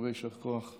הרבה יישר כוח,